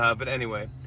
ah but, anyway.